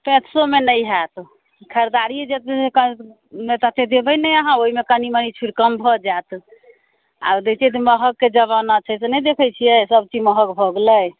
पैंतीस मे नहि होयत खरीदारी जे तते देबे नहि अहाँ ओहिमे कनी मनी फेर कम भऽ जायत आब देखियो जे महग के जमाना छै से नहि देखै छियै सब चीज महग भऽ गेलै